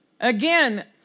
Again